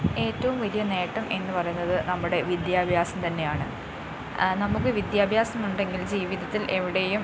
ഏറ്റവും വലിയ നേട്ടം എന്നു പറയുന്നത് നമ്മുടെ വിദ്യാഭ്യാസം തന്നെയാണ് നമുക്ക് വിദ്യാഭ്യാസം ഉണ്ടെങ്കിൽ ജീവിതത്തിൽ എവിടെയും